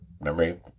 memory